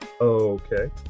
okay